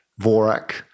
Vorak